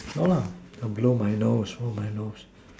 no lah blow my nose blow my nose